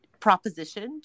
propositioned